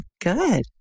good